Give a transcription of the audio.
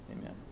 Amen